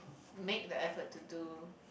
make the effort to do